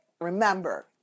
remember